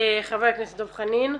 חבר הכנסת דב חנין.